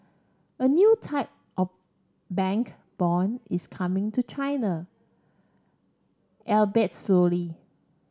a new type of bank bond is coming to China albeit slowly